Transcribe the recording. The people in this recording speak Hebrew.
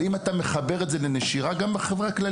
אבל אם אתה מחבר את המספר הזה לנשירה אז זה נכון גם לחברה הכללית.